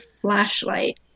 flashlight